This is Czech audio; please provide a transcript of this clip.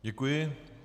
Děkuji.